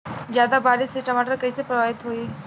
ज्यादा बारिस से टमाटर कइसे प्रभावित होयी?